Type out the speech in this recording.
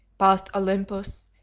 past olympus,